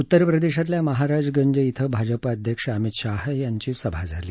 उतर प्रदेशातल्या महाराजगंज इथं भाजपा अध्यक्ष अमित शहा यांची सभा झाली